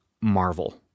Marvel